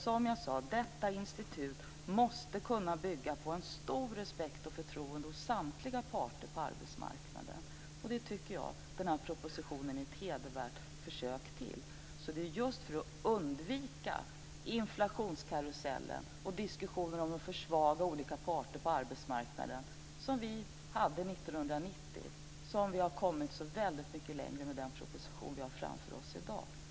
Som jag sade måste institutet kunna bygga på stor respekt och stort förtroende från samtliga parter på arbetsmarknaden. Jag tycker att propositionen är ett hedervärt försök att åstadkomma detta. När det gäller att undvika inflationskarusellen och den diskussion om att försvaga olika parter på arbetsmarknaden som vi förde 1990 har vi kommit väldigt mycket längre med den proposition som vi i dag har framför oss.